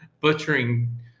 butchering